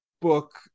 book